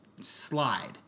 slide